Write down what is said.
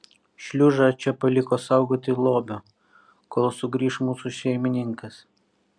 šliužą čia paliko saugoti lobio kol sugrįš mūsų šeimininkas